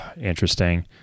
interesting